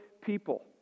people